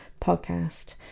podcast